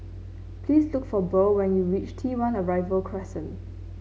please look for Burl when you reach T One Arrival Crescent